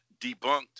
debunked